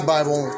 Bible